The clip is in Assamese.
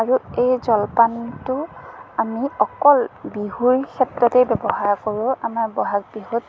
আৰু এই জলপানটো আমি অকল বিহুৰ ক্ষেত্ৰতেই ব্যৱহাৰ কৰোঁ আমাৰ বহাগ বিহুত